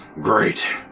Great